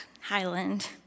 Highland